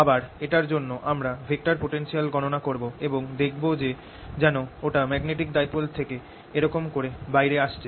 আবার এটার জন্য আমরা ভেক্টর পোটেনশিয়াল গণনা করব এবং দেখব যে যেন ওটা ম্যাগনেটিক ডাইপোল থেকে এরকম করে বাইরে আসছে